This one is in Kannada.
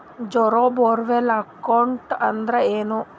ಝೀರೋ ಬ್ಯಾಲೆನ್ಸ್ ಅಕೌಂಟ್ ಅಂದ್ರ ಏನು?